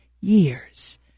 years